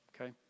Okay